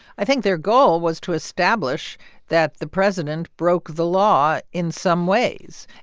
i think their goal was to establish that the president broke the law in some ways.